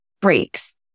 breaks